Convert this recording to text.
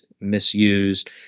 misused